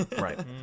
right